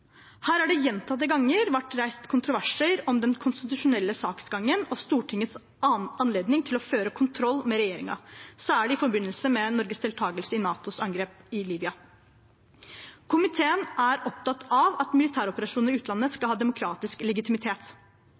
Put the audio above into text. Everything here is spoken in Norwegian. Her har det gjentatte ganger vært reist kontroverser om den konstitusjonelle saksgangen og Stortingets anledning til å føre kontroll med regjeringen, særlig i forbindelse med Norges deltakelse i NATOs angrep i Libya. Komiteen er opptatt av at militæroperasjoner i utlandet skal ha demokratisk legitimitet.